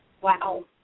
Wow